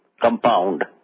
compound